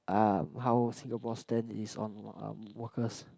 uh how Singapore stand is on um workers